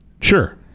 Sure